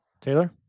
Taylor